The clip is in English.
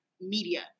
media